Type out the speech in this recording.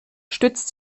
stützt